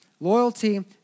Loyalty